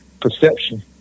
perception